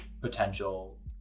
potential